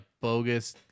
bogus